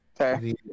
okay